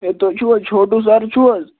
ہے تُہۍ چھُو حظ چھوٹوٗ سَر چھُو حظ